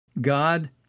God